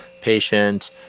patient